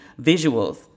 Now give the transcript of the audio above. visuals